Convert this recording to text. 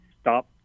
stop